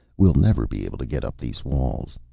we'll never be able to get up these walls!